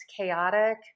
chaotic